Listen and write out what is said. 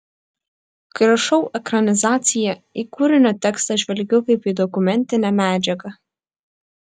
kai rašau ekranizaciją į kūrinio tekstą žvelgiu kaip į dokumentinę medžiagą